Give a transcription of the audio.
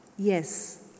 Yes